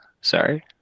sorry